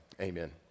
amen